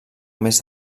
més